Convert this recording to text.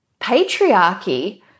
patriarchy